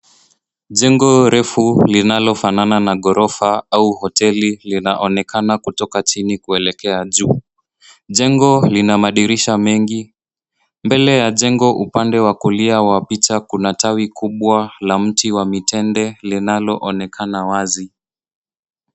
Jengo refu linalofanana na ghorofa au hoteli linaonekana kutoka chini kuelekea juu. Jengo lina madirisha mengi. Mbele ya jengo upande wa kulia wa picha kuna tawi kubwa la mti wa mitende linaloonekana wazi.